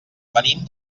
venim